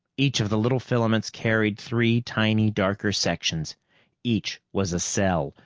each of the little filaments carried three tiny darker sections each was a cell,